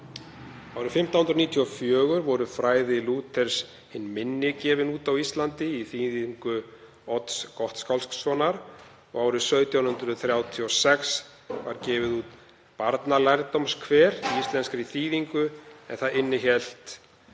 Árið 1594 voru Fræði Lúthers hin minni gefin út á Íslandi í þýðingu Odds Gottskálkssonar og árið 1736 var gefið út Barnalærdómskver í íslenskri þýðingu en það innihélt